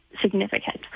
significant